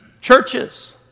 Churches